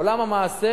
עולם המעשה,